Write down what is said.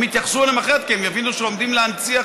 הם יתייחסו אליהם אחרת כי הם יבינו שעומדים להנציח,